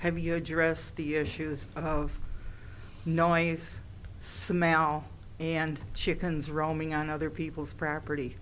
have you address the issues of noise smal and chickens roaming on other people's property